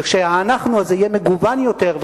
וכשה"אנחנו" הזה יהיה מגוון יותר,